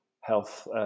health